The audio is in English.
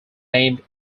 named